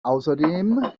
außerdem